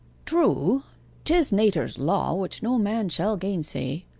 true tis nater's law, which no man shall gainsay.